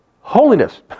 holiness